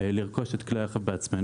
לרכוש את כלי הרכב בעצמנו,